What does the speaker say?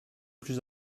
plus